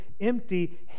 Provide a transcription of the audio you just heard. empty